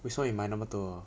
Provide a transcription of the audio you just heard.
为什么你买那么多